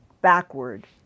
backward